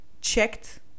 checked